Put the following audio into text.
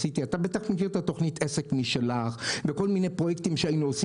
אתה בטח מכיר את התכנית "עסק משלך" וכל מיני פרויקטים שהיינו עושים